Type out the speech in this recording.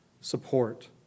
support